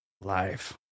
life